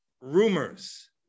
rumors